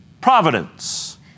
providence